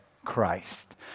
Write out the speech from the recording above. christ